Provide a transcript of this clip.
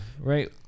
right